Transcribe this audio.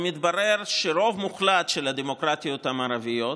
מתברר שרוב מוחלט של הדמוקרטיות המערביות,